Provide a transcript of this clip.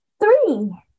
three